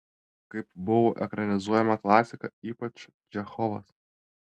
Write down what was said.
kaip buvo ekranizuojama klasika ypač čechovas